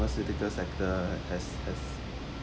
most typical sector has has